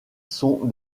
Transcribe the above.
son